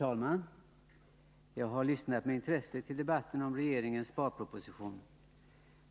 Herr talman! Jag har med intresse lyssnat till debatten om regeringens sparproposition.